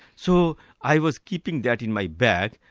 so i was keeping that in my bag,